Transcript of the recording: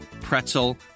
pretzel